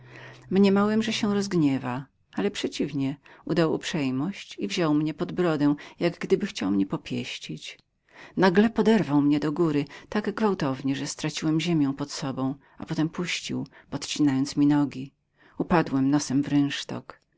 mniemałem że się rozgniewa ale przeciwnie przybrał postać wdzięczną i wziął mnie za brodę jak gdyby chciał był się ze mną popieścić ale nagle podniósł mnie gwałtownie podstawił nogę i rzucił mnie tak silnie że upadłem nosem w rynsztok